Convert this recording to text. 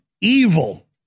evil